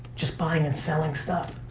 just buying and selling stuff.